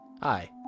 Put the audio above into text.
Hi